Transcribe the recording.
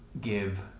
give